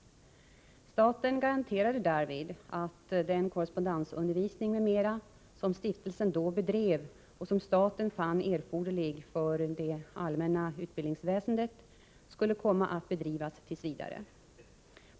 Staten garanterade därvid att den korrespondensundervisning m.m., som stiftelsen då bedrev och som staten fann erforderlig för det allmänna utbildningsväsendet, skulle komma att bedrivas t. v.